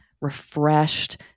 refreshed